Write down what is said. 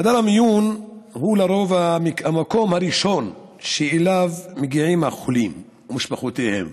חדר המיון הוא לרוב המקום הראשון שאליו מגיעים החולים ומשפחותיהם.